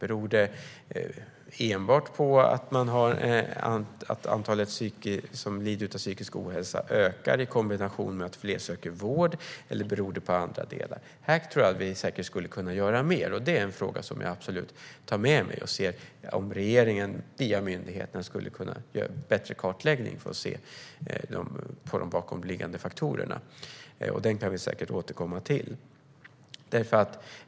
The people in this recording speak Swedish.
Beror det enbart på att antalet som lider av psykisk ohälsa ökar i kombination med att fler söker vård, eller beror det på något annat? Här skulle vi säkert kunna göra mer. Den frågan tar jag absolut med mig och ser om regeringen via myndigheten kan göra en bättre kartläggning för att se de bakomliggande faktorerna. Vi kan säkert återkomma till detta.